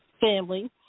family